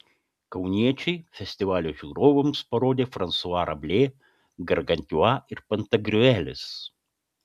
kauniečiai festivalio žiūrovams parodė fransua rablė gargantiua ir pantagriuelis